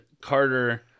Carter